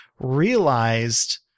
realized